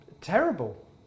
Terrible